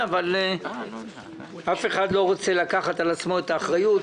אף אחד לא רוצה לקחת על עצמו את האחריות.